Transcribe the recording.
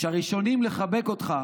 שהראשונים לחבק אותך